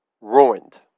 ruined